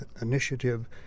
initiative